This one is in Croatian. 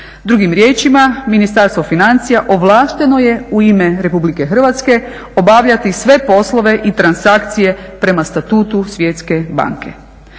Drugim riječima, Ministarstvo financija ovlašteno je u ime RH obavljati sve poslove i transakcije prema Statutu Svjetske banke.